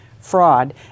fraud